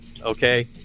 okay